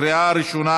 לקריאה ראשונה